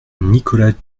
nicolas